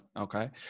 Okay